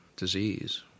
disease